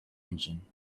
engine